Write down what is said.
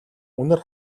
үнэр